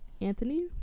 anthony